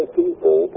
people